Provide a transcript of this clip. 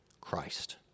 Christ